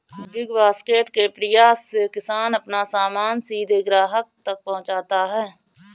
big Basket के प्रयास से किसान अपना सामान सीधे ग्राहक तक पहुंचाता है